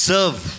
Serve